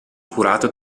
curato